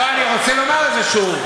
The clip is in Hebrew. לא, אני רוצה לומר את זה שוב.